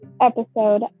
episode